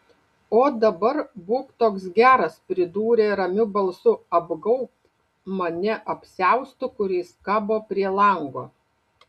o dabar būk toks geras pridūrė ramiu balsu apgaubk mane apsiaustu kuris kabo prie lango